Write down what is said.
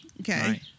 Okay